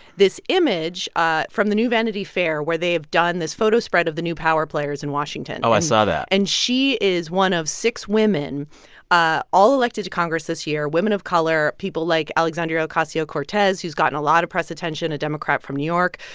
this image ah from the new vanity fair where they have done this photo spread of the new power players in washington oh, i saw that and she is one of six women ah all elected to congress this year women of color. people like alexandria ocasio-cortez, who's gotten a lot of press attention, a democrat from new york.